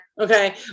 Okay